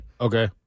Okay